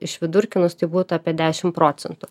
išvidurkinus tai būtų apie dešimt procentų